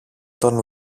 τον